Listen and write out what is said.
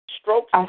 Strokes